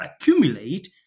accumulate